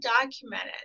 documented